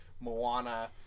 Moana